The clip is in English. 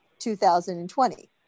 2020